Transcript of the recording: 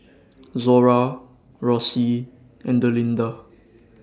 Zora Rossie and Delinda